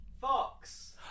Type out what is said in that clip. fox